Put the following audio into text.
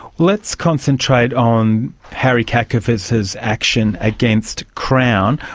let's concentrate on harry kakavas's action against crown.